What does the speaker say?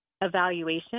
evaluation